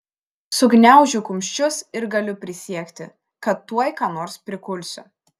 sugniaužiu kumščius ir galiu prisiekti kad tuoj ką nors prikulsiu